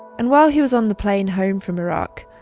and while he was on the plane home from iraq,